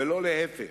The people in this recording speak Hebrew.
ולא להיפך,